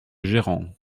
gérant